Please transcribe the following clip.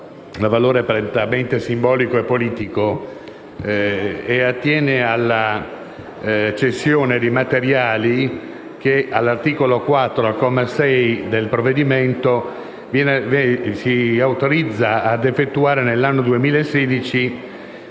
dal valore prettamente simbolico e politico e attiene alla cessione di materiali che l'articolo 4, comma 6, del provvedimento autorizza ad effettuare nell'anno 2016,